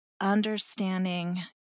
understanding